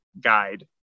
guide